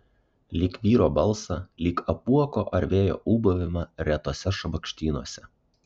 lyg vyro balsą lyg apuoko ar vėjo ūbavimą retuose šabakštynuose